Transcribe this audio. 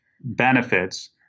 benefits